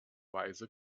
weise